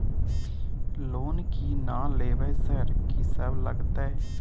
Loan की ना लेबय सर कि सब लगतै?